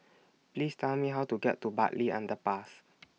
Please Tell Me How to get to Bartley Underpass